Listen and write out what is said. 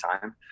time